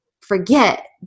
forget